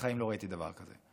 ובחיים לא ראיתי דבר כזה.